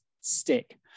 stick